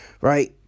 Right